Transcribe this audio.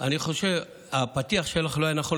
אני חושב שהפתיח שלך לא היה נכון.